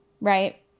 right